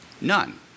None